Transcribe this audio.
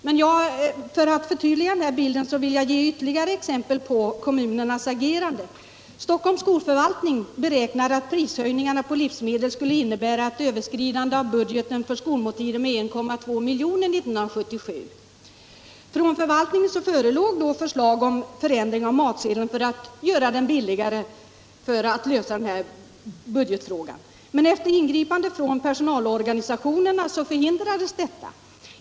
Pear För att förtydliga bilden vill jag ge ytterligare exempel på kommunernas - Om åtgärder för att agerande. Stockholms skolförvaltning beräknade att prishöjningarna på = garantera fullvärdig livsmedel skulle innebära ett överskridande av budgeten för skolmåltider — kost vid sociala med 1,2 milj.kr. år 1977. Från förvaltningen föreslogs ändring av mat = institutioner sedeln för att göra maten billigare och därmed lösa den här budgetfrågan. Efter ingripande från personalorganisationerna förhindrades detta.